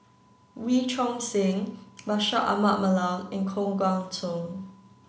Wee Choon Seng Bashir Ahmad Mallal and Koh Guan Song